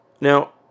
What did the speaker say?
Now